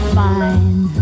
fine